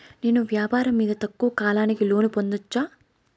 నేను వ్యాపారం మీద తక్కువ కాలానికి లోను పొందొచ్చా?